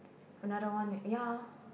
another one ya